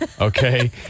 Okay